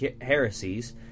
Heresies